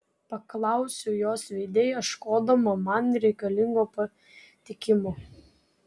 paklausiau jos veide ieškodama man reikalingo patikinimo